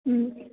ம்